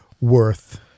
worth